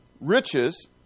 Riches